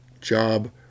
job